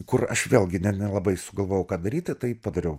kur aš vėlgi net nelabai sugalvojau ką daryti tai padariau